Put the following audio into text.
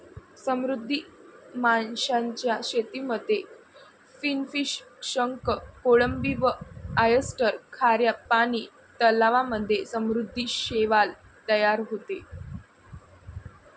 समुद्री माशांच्या शेतीमध्ये फिनफिश, शंख, कोळंबी व ऑयस्टर, खाऱ्या पानी तलावांमध्ये समुद्री शैवाल तयार होते